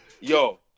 Yo